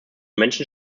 menschen